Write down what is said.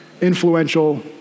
influential